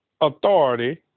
authority